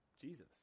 Jesus